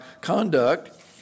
conduct